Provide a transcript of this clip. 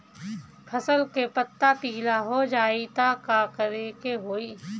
फसल के पत्ता पीला हो जाई त का करेके होई?